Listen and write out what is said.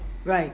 right